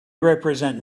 represent